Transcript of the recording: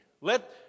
let